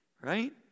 Right